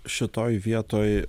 šitoj vietoj